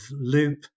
loop